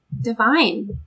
divine